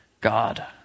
God